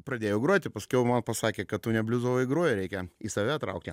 pradėjau groti paskiau man pasakė kad tu ne bliuzą groji reikia į save traukia